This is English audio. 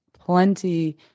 plenty